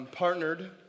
partnered